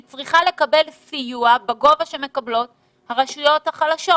היא צריכה לקבל סיוע בגובה שמקבלות הרשויות החלשות.